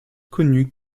connu